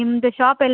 ಸರಿ ರೀ ಸರಿ